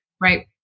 right